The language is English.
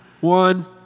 one